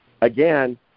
again